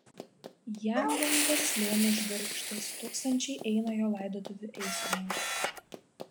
jam lengvas slėnio žvirgždas tūkstančiai eina jo laidotuvių eisenoje